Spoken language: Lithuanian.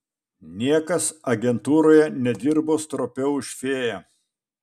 niekas agentūroje nedirbo stropiau už fėją